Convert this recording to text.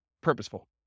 purposeful